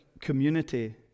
community